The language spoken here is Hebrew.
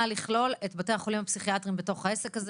נא לכלול את בתי החולים הפסיכיאטריים בתוך העסק הזה.